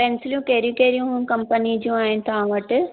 पेंसिलियूं कहिड़ियूं कहिड़ियूं कम्पनियूं जी आहिनि तव्हां वटि